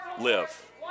Live